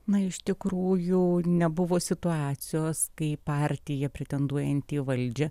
na iš tikrųjų nebuvo situacijos kai partija pretenduojanti į valdžią